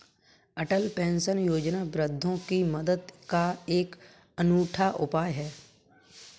अटल pension Yojana वृद्धों की मदद का एक अनूठा उपाय है